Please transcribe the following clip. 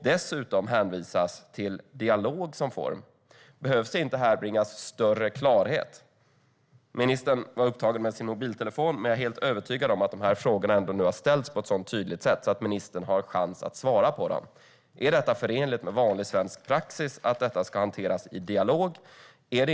Dessutom hänvisas till dialog som form. Behöver det inte här bringas större klarhet? Ministern är upptagen med sin mobiltelefon, men jag är övertygad om att dessa frågor har ställts på ett så tydligt sätt att ministern har chans att svara på dem. Är det förenligt med vanlig svensk praxis att detta ska hanteras i dialog?